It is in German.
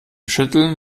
schütteln